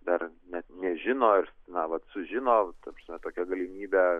dar net nežino ar na vat sužino ta prasme tokią galimybę